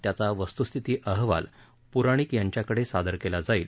त्याचा वस्तुस्थिती अहवाल पुराणिक यांच्याकडे सादर केला जाईल